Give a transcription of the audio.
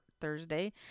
Thursday